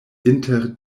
inter